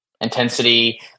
Intensity